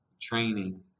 training